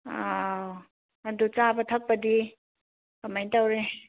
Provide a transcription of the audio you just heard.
ꯑꯥ ꯑꯗꯨ ꯆꯥꯕ ꯊꯛꯄꯗꯤ ꯀꯃꯥꯏꯅ ꯇꯧꯔꯤ